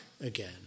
again